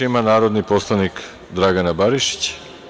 Reč ima narodni poslanik Dragana Barišić.